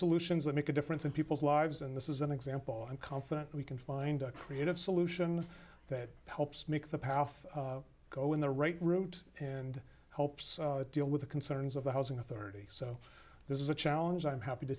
solutions that make a difference in people's lives and this is an example i'm confident we can find a creative solution that helps make the path go in the right route and helps deal with the concerns of the housing authority so this is a challenge i'm happy to